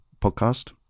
podcast